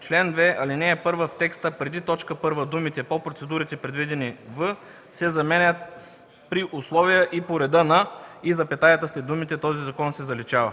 чл. 2, ал. 1 в текста преди т. 1 думите „по процедурите, предвидени в” се заменят с „при условията и по реда на” и запетаята след думите „този закон” се заличава.”